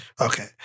okay